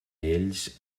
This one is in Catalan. ells